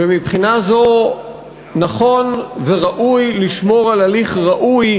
ומבחינה זו נכון וראוי לשמור על הליך ראוי,